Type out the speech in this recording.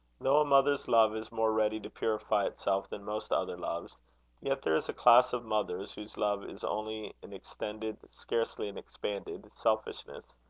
though a mother's love is more ready to purify itself than most other loves yet there is a class of mothers, whose love is only an extended, scarcely an expanded, selfishness.